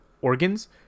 organs